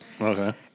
Okay